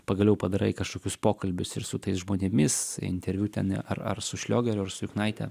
pagaliau padarai kažkokius pokalbius ir su tais žmonėmis interviu ten ar ar su šliogeriu ar su juknaitė